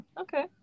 Okay